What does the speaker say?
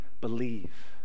believe